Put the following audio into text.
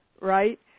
right